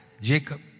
Jacob